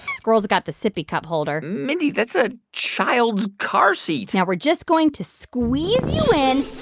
squirrels got the sippy cup holder mindy, that's a child's car seat now we're just going to squeeze you in.